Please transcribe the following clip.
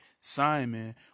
Simon